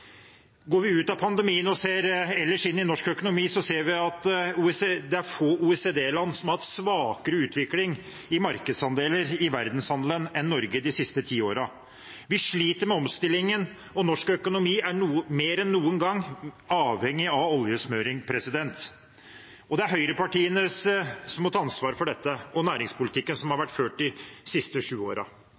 Går vi ut av pandemien og ser ellers inn i norsk økonomi, ser vi at det er få OECD-land som har hatt svakere utvikling i markedsandeler i verdenshandelen enn Norge de siste ti årene. Vi sliter med omstillingen, og norsk økonomi er mer enn noen gang avhengig av oljesmøring. Det er høyrepartiene og næringspolitikken som har vært ført de siste sju